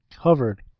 covered